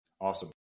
Awesome